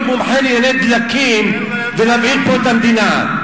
מומחה לענייני דלקים ולהבעיר פה את המדינה.